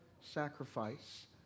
sacrifice